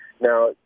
Now